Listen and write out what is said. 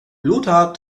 lothar